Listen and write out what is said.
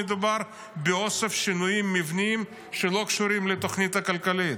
מדובר באוסף שינויים מבניים שלא קשורים לתוכנית הכלכלית.